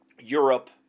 Europe